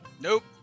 nope